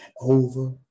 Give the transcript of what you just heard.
over